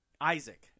Isaac